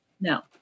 no